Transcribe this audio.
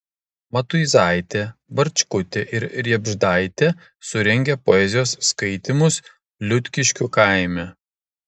matuizaitė barčkutė ir riebždaitė surengė poezijos skaitymus liutkiškių kaime